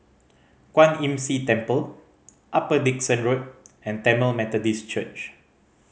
Kwan Imm See Temple Upper Dickson Road and Tamil Methodist Church